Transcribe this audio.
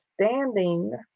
standing